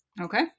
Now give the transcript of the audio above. Okay